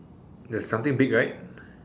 there's something big right